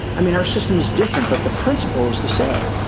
i mean, our system is different, but the principle is the same.